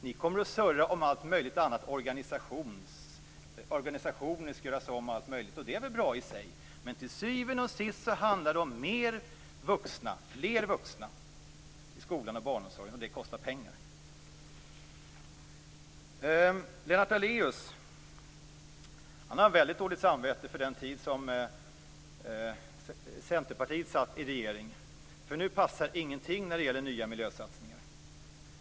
Ni kommer att "surra" om allt möjligt annat, t.ex. att organisationer skall göras om. Det är väl i sig bra. Men till syvende och sist handlar det om fler vuxna i skolan och barnomsorgen, och det kostar pengar. Lennart Daléus har dåligt samvete för den tid Centerpartiet satt i regeringen. Nu passar ingenting av de nya miljösatsningarna.